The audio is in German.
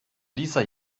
dieser